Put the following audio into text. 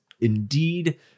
Indeed